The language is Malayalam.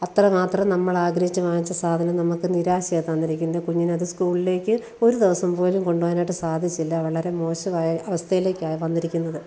അത്ര മാത്രം നമ്മളാഗ്രഹിച്ച് വാങ്ങിച്ച സാധനം നമുക്ക് നിരാശയാണ് തന്നിരിക്കുന്നത് കുഞ്ഞിനത് സ്കൂളിലേക്ക് ഒരു ദിവസം പോലും കൊണ്ടുപോകാനായിട്ട് സാധിച്ചില്ല വളരെ മോശം അവസ്ഥയിലേക്കാണ് വന്നിരിക്കുന്നത്